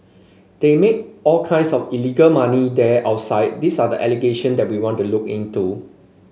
they make all kinds of illegal money there outside these are the allegation that we want to look into